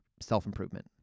self-improvement